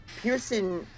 Pearson